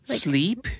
sleep